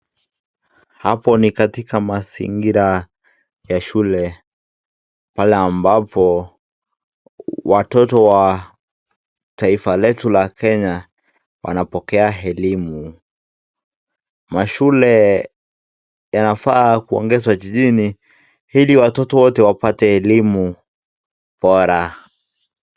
Hapo ni katika mazingira ya shule pale ambapo watoto wa taifa letu la Kenya wanapokea elimu. Mashule yanafaa kuongezwa jijini ili watoto wote wapate elimu bora.